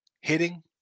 hitting